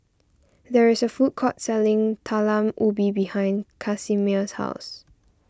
there is a food court selling Talam Ubi behind Casimer's house